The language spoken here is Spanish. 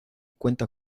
cuenta